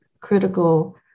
critical